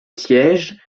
siège